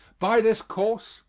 by this course,